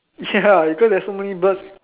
ya because there's so many birds